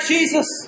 Jesus